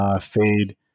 fade